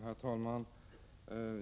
Herr talman!